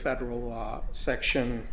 federal law section